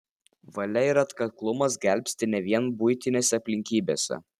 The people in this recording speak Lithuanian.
valia ir atkaklumas gelbsti ne vien buitinėse aplinkybėse